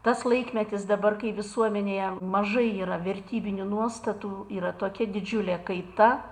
tas laikmetis dabar kai visuomenėje mažai yra vertybinių nuostatų yra tokia didžiulė kaita